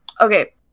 okay